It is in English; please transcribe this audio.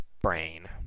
Brain